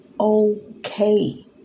okay